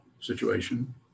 situation